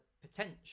potential